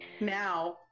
now